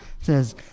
Says